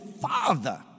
father